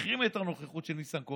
החרים את הנוכחות של ניסנקורן,